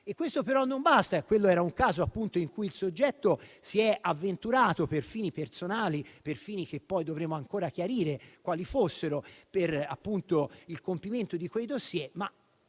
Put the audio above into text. Questo però non basta. Quello era un caso in cui il soggetto si è avventurato per fini personali, che poi dovremo ancora chiarire quali fossero, nel compimento di quei *dossier*, ma